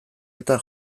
eta